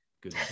good